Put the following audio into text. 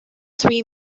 three